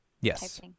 Yes